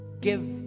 give